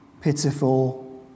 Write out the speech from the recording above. pitiful